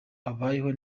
abayeho